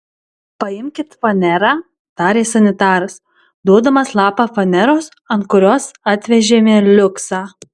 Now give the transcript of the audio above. paimkit fanerą tarė sanitaras duodamas lapą faneros ant kurios atvežėme liuksą